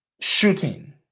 shooting